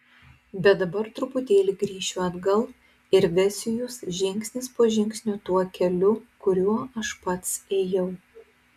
bet dabar truputėlį grįšiu atgal ir vesiu jus žingsnis po žingsnio tuo keliu kuriuo aš pats ėjau